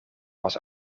was